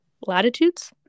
latitudes